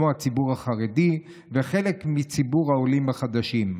כמו הציבור החרדי וחלק מציבור העולים החדשים.